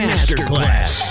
Masterclass